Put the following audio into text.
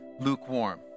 lukewarm